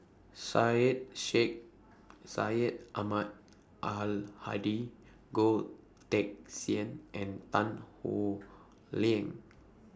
Syed Sheikh Syed Ahmad Al Hadi Goh Teck Sian and Tan Howe Liang